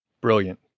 Brilliant